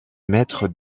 maître